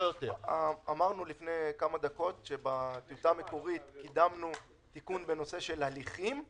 אמרנו לפני כמה דקות שבטיוטה המקורית קידמנו תיקון בנושא הליכים,